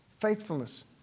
faithfulness